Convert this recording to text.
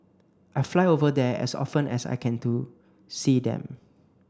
I fly over there as often as I can to see them